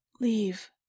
Leave